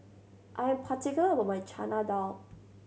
I'm particular about my Chana Dal